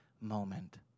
moment